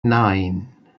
nine